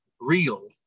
real